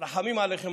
רחמים עליכם,